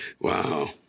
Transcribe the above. Wow